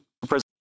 president